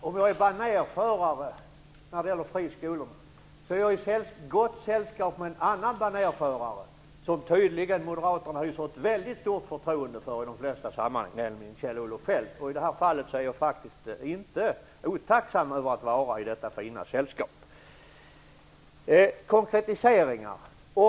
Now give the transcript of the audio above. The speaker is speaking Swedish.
Fru talman! Om jag är banerförare i kampen mot friskolor är jag i gott sällskap med en annan banerförare som Moderaterna tydligen hyser ett väldigt stort förtroende för i de flesta sammanhang, nämligen Kjell-Olof Feldt. I det här fallet är jag faktiskt inte otacksam för att vara i detta fina sällskap. Konkretiseringar efterlyser Rune Rydén.